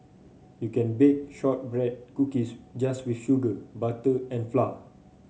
you can bake shortbread cookies just with sugar butter and flour